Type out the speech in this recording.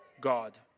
God